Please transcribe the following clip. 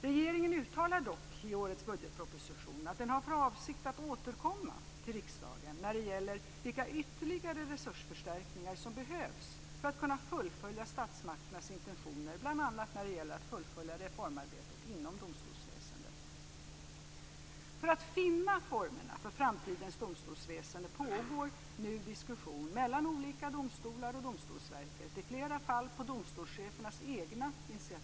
Regeringen uttalar dock i årets budgetproposition att den har för avsikt att återkomma till riksdagen när det gäller vilka ytterligare resursförstärkningar som behövs för att man ska kunna fullfölja statsmakternas intentioner bl.a. när det gäller att fullfölja reformarbetet inom domstolsväsendet. För att finna formerna för framtidens domstolsväsende pågår nu diskussioner mellan olika domstolar och Domstolsverket, i flera fall på domstolschefernas egna initiativ.